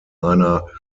einer